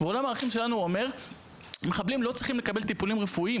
ועולם הערכים שלנו אומר שמחבלים לא צריכים לקבל טיפולים רפואיים